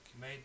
made